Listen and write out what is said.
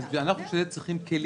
אז אנחנו בשביל זה צריכים כלים.